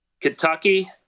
Kentucky